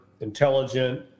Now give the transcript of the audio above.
intelligent